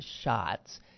shots